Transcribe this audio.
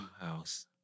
house